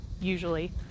usually